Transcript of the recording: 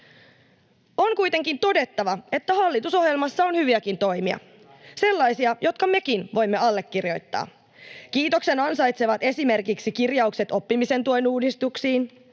On kuitenkin todettava, että hallitusohjelmassa on hyviäkin toimia, sellaisia, jotka mekin voimme allekirjoittaa. Kiitoksen ansaitsevat esimerkiksi kirjaukset oppimisen tuen uudistuksiin,